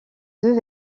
deux